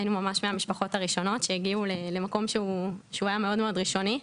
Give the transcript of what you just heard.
היינו ממש מהמשפחות הראשונות שהגיעו למקום שהוא היה מאוד ראשוני,